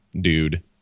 dude